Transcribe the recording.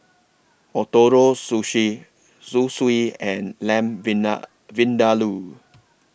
Ootoro Sushi Zosui and Lamb Vinda Vindaloo